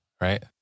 right